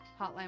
Hotline